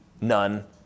None